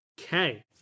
okay